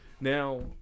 Now